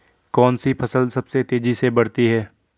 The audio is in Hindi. कौनसी फसल सबसे तेज़ी से बढ़ती है?